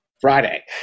Friday